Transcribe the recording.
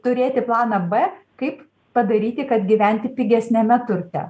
turėti planą b kaip padaryti kad gyventi pigesniame turte